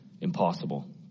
Impossible